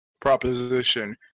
proposition